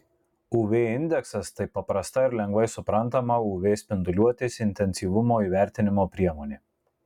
uv indeksas tai paprasta ir lengvai suprantama uv spinduliuotės intensyvumo įvertinimo priemonė